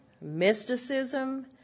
mysticism